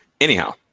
Anyhow